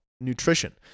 nutrition